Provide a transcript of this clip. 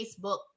Facebook